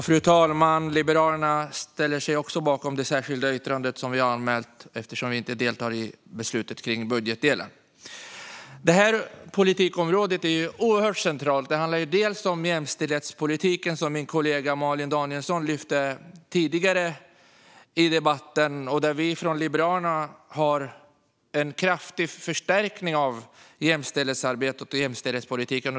Fru talman! Vi från Liberalerna ställer oss också bakom det särskilda yttrande som vi anmält eftersom vi inte deltar i beslutet i budgetdelen. Det här politikområdet är ju oerhört centralt. Det handlar om jämställdhetspolitiken, som min kollega Malin Danielsson lyfte upp tidigare i debatten. Vi från Liberalerna har en kraftig förstärkning av jämställdhetsarbetet och jämställdhetspolitiken.